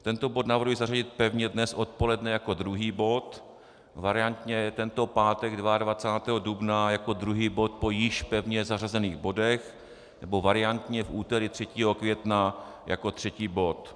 Tento bod navrhuji zařadit pevně dnes odpoledne jako druhý bod, variantě tento pátek 22. dubna jako druhý bod po již pevně zařazených bodech, nebo variantně v úterý 3. května jako třetí bod.